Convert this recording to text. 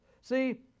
See